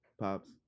Pops